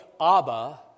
Abba